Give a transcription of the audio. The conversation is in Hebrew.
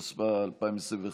התשפ"א 2021,